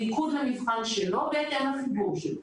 המיקוד למבחן שלו בהתאם לחיבור שלו.